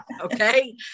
okay